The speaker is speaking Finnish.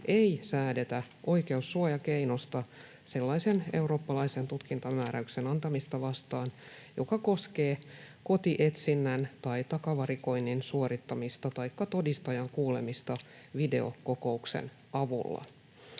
ei säädetä oikeussuojakeinosta sellaisen eurooppalaisen tutkintamääräyksen antamista vastaan, joka koskee kotietsinnän tai takavarikoinnin suorittamista taikka todistajan kuulemista videokokouksen avulla.